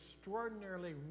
extraordinarily